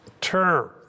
term